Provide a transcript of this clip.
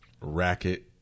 racket